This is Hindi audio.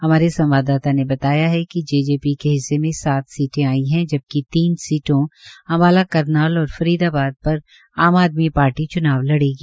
हमारे संवाददाता ने बताया है कि जेजेपी के हिस्से में सात सीटें आई है जबकि तीन सीटों अम्बाला करनाल और फरीदाबाद पर आम आदमी पार्टी च्नाव लड़ेगी